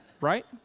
Right